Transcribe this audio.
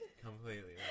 completely